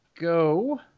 Go